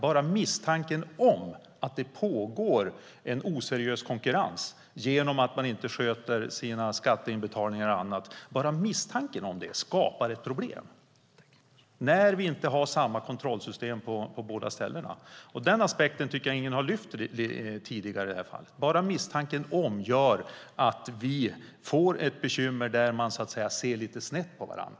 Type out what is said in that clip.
Bara misstanken om att det pågår en oseriös konkurrens genom att man inte sköter sina skatteinbetalningar och annat - bara misstanken om det - skapar ett problem, när vi inte har samma kontrollsystem på båda ställena. Den aspekten tycker jag inte att någon har lyft fram tidigare. Bara misstanken om detta gör att vi får ett bekymmer, där man så att säga ser lite snett på varandra.